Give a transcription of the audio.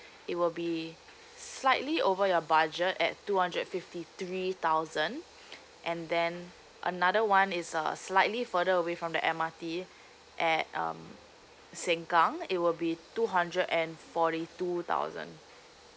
it will be slightly over your budget at two hundred fifty three thousand and then another one is uh slightly further away from the MRT at um sengkang it will be two hundred and forty two thousand